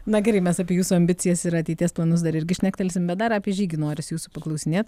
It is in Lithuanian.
na gerai mes apie jūsų ambicijas ir ateities planus dar irgi šnektelsim bet dar apie žygį norisi jūsų paklausinėt